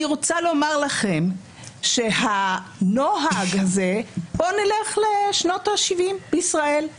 אני רוצה לומר לכם שהנוהג הזה בואו נלך לשנות ה-70 בישראל.